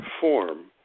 form